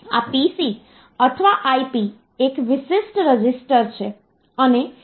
તેથી તે રીતે આપણે અક્ષરો સંગ્રહિત કર્યા છે